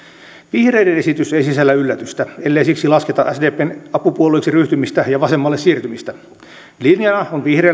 vihreiden esitys ei sisällä yllätystä ellei siksi lasketa sdpn apupuolueeksi ryhtymistä ja vasemmalle siirtymistä linjana on vihreillä tehdä lisää alijäämää